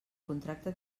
contracte